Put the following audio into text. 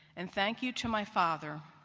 and thank you to my father,